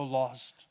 lost